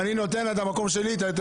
אני אגיד לך למה,